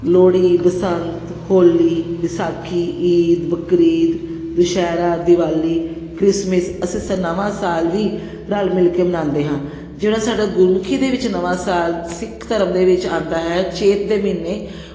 Lohri Basant Holi Vaisakhi Eid Bakrid Dussehra Diwali Christmas ਅਸੀਂ ਨਵਾਂ ਸਾਲ ਵੀ ਰਲ ਮਿਲ ਕੇ ਮਨਾਉਂਦੇ ਹਾਂ ਜਿਹੜਾ ਸਾਡਾ ਗੁਰਮੁਖੀ ਦੇ ਵਿੱਚ ਨਵਾਂ ਸਾਲ ਸਿੱਖ ਧਰਮ ਦੇ ਵਿੱਚ ਆਉਂਦਾ ਹੈ ਚੇਤ ਦੇ ਮਹੀਨੇ